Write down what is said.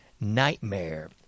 nightmare